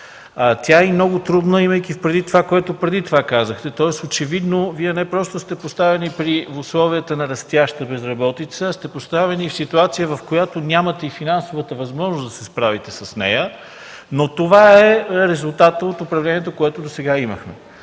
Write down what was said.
Тя е много трудна, имайки предвид това, което преди това казахте, тоест очевидно Вие не просто сте поставени в условията на растяща безработица, а сте поставени в ситуация, в която нямате и финансовата възможност да се справите с нея, но това е резултат от управлението, което имахме